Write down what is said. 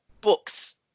books